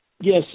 Yes